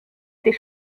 était